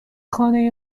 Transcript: خانه